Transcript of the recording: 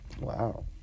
Wow